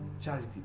charity